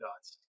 dots